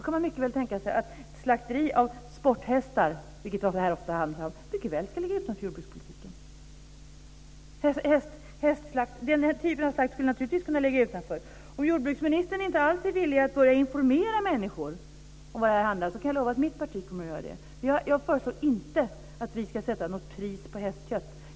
Man kan mycket väl tänka sig att slakt av sporthästar, som det här ofta handlar om, ska ligga utanför jordbrukspolitiken. Den typen av slakt skulle naturligtvis kunna ligga utanför. Om jordbruksministern inte alls är villig att börja informera människor om vad det handlar om kan jag lova att mitt parti kommer att göra det. Jag föreslår inte att vi ska sätta något pris på hästar.